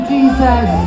Jesus